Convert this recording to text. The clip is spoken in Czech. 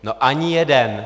No ani jeden!